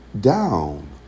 down